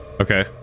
Okay